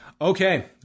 okay